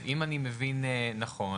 אם אני מבין נכון,